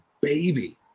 baby